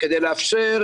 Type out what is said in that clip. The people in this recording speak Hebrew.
כדי לאפשר